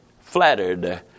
flattered